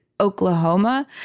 Oklahoma